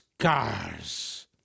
scars